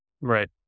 Right